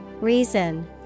Reason